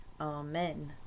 Amen